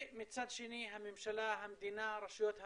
ומצד שני הממשלה, המדינה, רשויות המדינה,